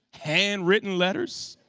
handwritten letters.